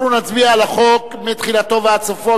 אנחנו נצביע על החוק מתחילתו ועד סופו,